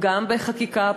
גם בחקיקה,